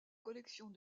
collections